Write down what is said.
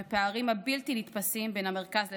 בפערים הבלתי-נתפסים בין המרכז לפריפריה.